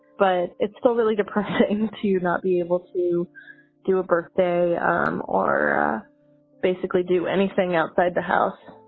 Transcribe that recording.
but it's still really depressing to not be able to do a birthday um or basically do anything outside the house.